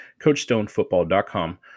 CoachStoneFootball.com